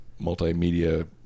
multimedia